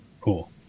Cool